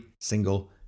single